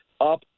up